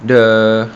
the